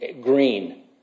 green